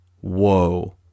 whoa